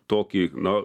tokį na